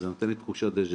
זה נותן לי תחושת דז'ה-וו,